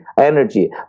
energy